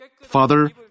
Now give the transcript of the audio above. Father